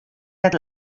net